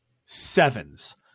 sevens